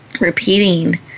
repeating